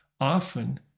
often